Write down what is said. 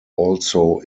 also